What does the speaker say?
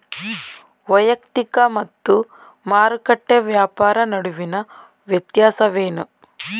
ವೈಯಕ್ತಿಕ ಮತ್ತು ಮಾರುಕಟ್ಟೆ ವ್ಯಾಪಾರ ನಡುವಿನ ವ್ಯತ್ಯಾಸವೇನು?